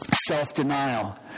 Self-denial